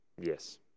Yes